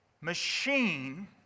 machine